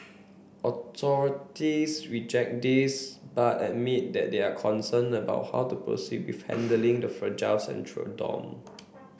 authorities reject this but admit that they are concerned about how to proceed with handling the fragile central dome